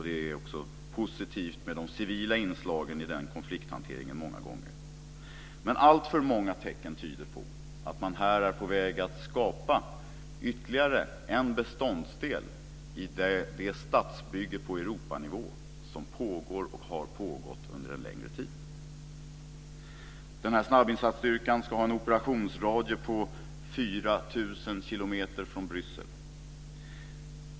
Det är också många gånger positivt med de civila inslagen i den konflikthanteringen. Men alltför många tecken tyder på att man här är på väg att skapa ytterligare en beståndsdel i det statsbygge på Europanivå som pågår och har pågått under en längre tid. Snabbinsatsstyrkan ska ha en operationsradie på 4 000 km från Bryssel.